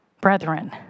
brethren